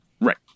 Right